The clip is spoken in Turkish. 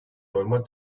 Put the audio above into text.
normal